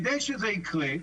כדי שזה יקרה,